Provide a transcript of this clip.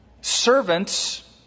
servants